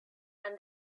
and